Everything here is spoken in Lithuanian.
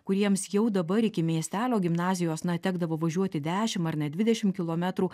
kuriems jau dabar iki miestelio gimnazijos na tekdavo važiuoti dešim ar net dvidešim kilometrų